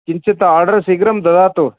किञ्चित् आर्डर् शीघ्रं ददातु